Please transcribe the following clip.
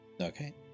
Okay